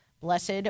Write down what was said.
Blessed